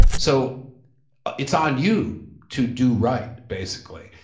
so ah it's on you to do right basically,